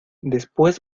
después